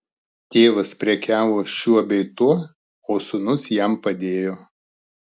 tėvas prekiavo šiuo bei tuo o sūnus jam padėjo